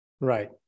Right